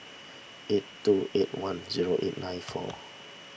eight two eight one zero eight nine four